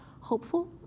hopeful